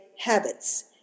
habits